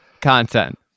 content